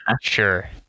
sure